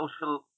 social